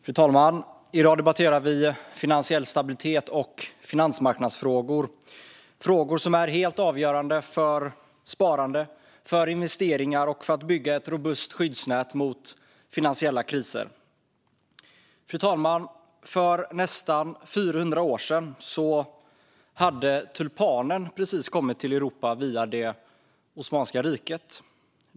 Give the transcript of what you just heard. Fru talman! I dag debatterar vi finansiell stabilitet och finansmarknadsfrågor. Det är frågor som är helt avgörande för sparande och investeringar och för att bygga ett robust skyddsnät mot finansiella kriser. Fru talman! För nästan 400 år sedan hade tulpanen precis kommit till Europa via Osmanska riket.